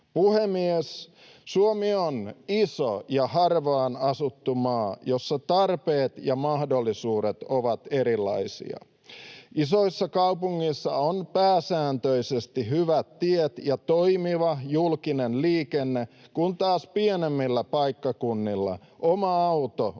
Puhemies! Suomi on iso ja harvaan asuttu maa, jossa tarpeet ja mahdollisuudet ovat erilaisia. Isoissa kaupungeissa on pääsääntöisesti hyvät tiet ja toimiva julkinen liikenne, kun taas pienemmillä paikkakunnilla oma auto on